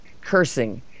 cursing